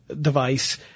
device